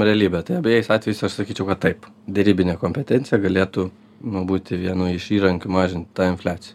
realybę tai abejais atvejais aš sakyčiau kad taip derybinė kompetencija galėtų nu būti vienu iš įrankių mažint tą infliaciją